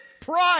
price